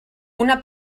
una